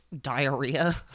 diarrhea